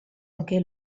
anche